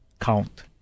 count